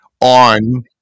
On